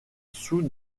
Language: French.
sous